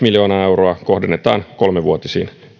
euroa kohdennetaan kolmivuotisiin